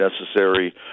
necessary